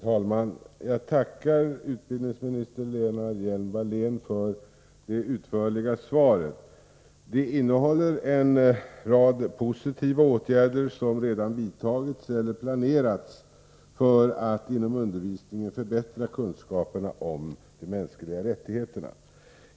Herr talman! Jag tackar utbildningsministern Lena Hjelm-Wallén för det utförliga svaret. Det redovisar en rad positiva åtgärder som redan vidtagits eller planerats för att inom undervisningen förbättra kunskaperna om de mänskliga rättigheterna.